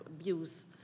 abuse